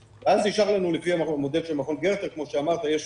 לפי המודל של גרטנר, כמו שאמרת, יש